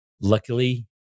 luckily